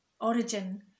origin